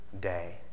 day